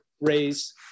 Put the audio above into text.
raise